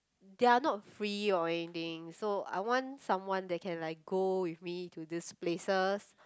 they are not free or anything so I want someone that can like go with me to these places